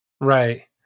Right